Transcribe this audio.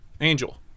Angel